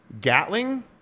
Gatling